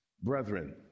Brethren